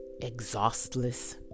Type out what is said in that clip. exhaustless